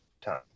time